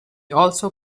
also